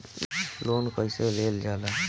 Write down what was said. Loan कईसे लेल जाला?